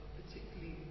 particularly